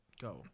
go